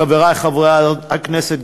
חברי חברי הכנסת,